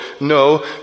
no